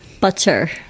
butter